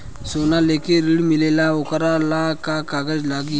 सोना लेके ऋण मिलेला वोकरा ला का कागज लागी?